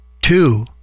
Two